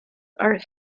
are